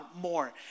more